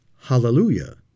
hallelujah